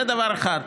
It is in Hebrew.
זה דבר אחד.